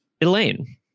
Elaine